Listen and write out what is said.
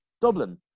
dublin